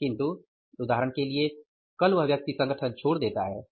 किन्तु उदाहरण के लिए कल वह व्यक्ति संगठन छोड़ देता है